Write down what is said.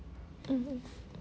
mmhmm